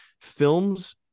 Films